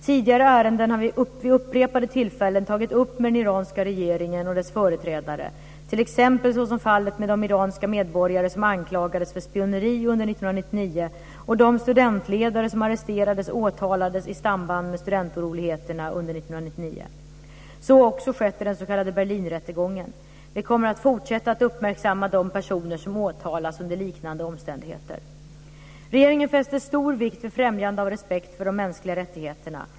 Tidigare ärenden har vi vid upprepade tillfällen tagit upp med den iranska regeringen och dess företrädare, t.ex. såsom fallet med de iranska medborgare som anklagades för spioneri under 1999 och de studentledare som arresterades och åtalades i samband med studentoroligheterna under 1999. Så har också skett i den s.k. Berlinrättegången. Vi kommer att fortsätta att uppmärksamma de personer som åtalas under liknande omständigheter. Regeringen fäster stor vikt vid främjande av respekt för de mänskliga rättigheterna.